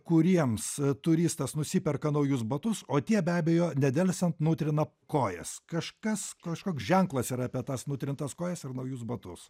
kuriems turistas nusiperka naujus batus o tie be abejo nedelsiant nutrina kojas kažkas kažkoks ženklas yra apie tas nutrintas kojas ir naujus batus